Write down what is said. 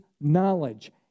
knowledge